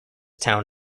town